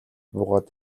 буугаад